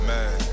Man